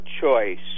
choice